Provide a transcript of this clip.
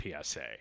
PSA